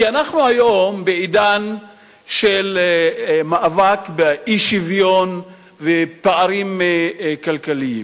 כי אנחנו היום בעידן של מאבק באי-שוויון ובפערים כלכליים,